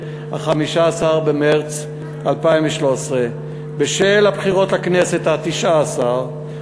15 במרס 2013. בשל הבחירות לכנסת התשע-עשרה,